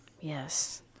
Yes